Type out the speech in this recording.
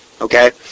Okay